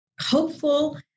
hopeful